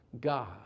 God